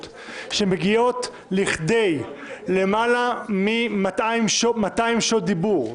שמגיעות לכדי למעלה מ-200 שעות דיבור,